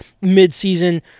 mid-season